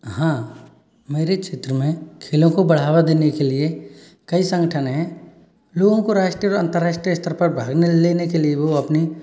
हाँ मेरे क्षेत्र में खेलों को बढ़ावा देने के लिए कई संगठन हैं लोगों को राष्ट्रीय और अंतरराष्ट्रीय स्तर पर भाग लेने के लिए वो अपनी